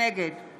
נגד